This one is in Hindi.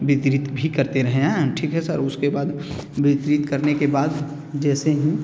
भी करते रहें ठीक है सर उसके बाद वितरित करने के बाद जैसे ही